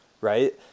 right